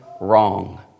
wrong